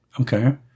Okay